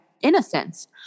innocence